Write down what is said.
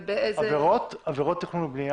--- עבירות תכנון ובנייה?